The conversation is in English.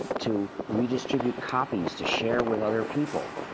to redistribute copies, to share with other people,